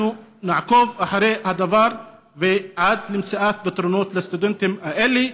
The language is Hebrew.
אנחנו נעקוב אחרי הדבר עד למציאת פתרונות לסטודנטים האלה,